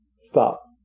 Stop